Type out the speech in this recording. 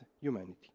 humanity